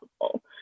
possible